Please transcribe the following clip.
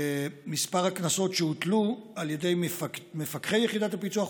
למספר הקנסות שהוטלו על ידי מפקחי יחידת הפיצו"ח